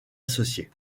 associée